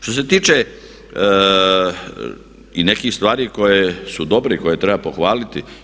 Što se tiče i nekih stvari koje su dobre i koje treba pohvaliti.